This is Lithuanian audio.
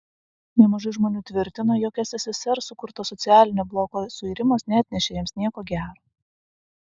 nemažai žmonių tvirtina jog sssr sukurto socialistinio bloko suirimas neatnešė jiems nieko gero